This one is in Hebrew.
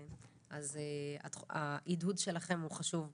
אז העידוד שלכם הוא חשוב מאוד.